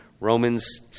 Romans